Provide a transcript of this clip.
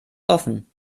offen